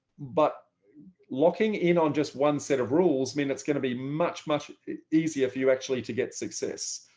but locking in um just one set of rules mean it's going to be much much easier for you actually to get success.